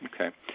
Okay